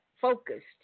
focused